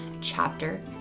chapter